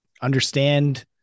understand